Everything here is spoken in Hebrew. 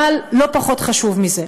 אבל לא פחות חשוב מזה: